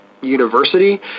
university